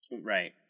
Right